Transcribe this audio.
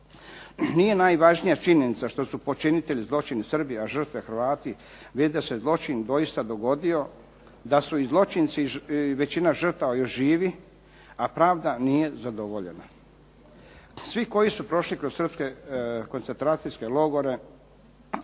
Nije najvažnija činjenica što su počinitelji zločina Srbija žrtve Hrvati i da se zločin doista dogodio, da su zločinci većina žrtava još živi a pravda nije zadovoljena. Svi koji su prošli kroz srpske koncentracijske logore